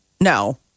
No